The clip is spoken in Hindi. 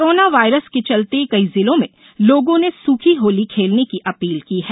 कोरोना वायरस के चलते कई जिलो में लोगों ने सुखी होली खेलने की अपील की है